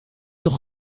toch